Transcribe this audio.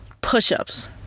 push-ups